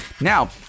Now